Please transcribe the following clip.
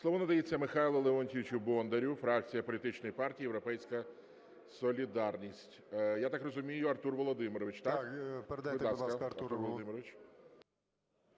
Слово надається Михайлу Леонтійовичу Бондарю, фракція політичної партії "Європейська солідарність". Я так розумію, Артур Володимирович, так? 12:44:52 БОНДАР М.Л. Так. Передайте, будь ласка, Артуру Володимировичу.